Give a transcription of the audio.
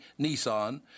Nissan